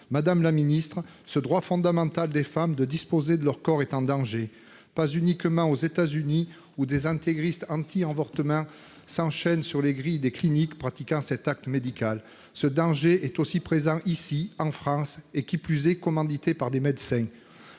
France. Mais ce droit fondamental des femmes de disposer de leur corps est en danger, et pas uniquement aux États-Unis, où des intégristes anti-avortement s'enchaînent aux grilles des cliniques pratiquant cet acte médical. Ce danger est aussi présent ici, en France, et il est de surcroît agité par des médecins.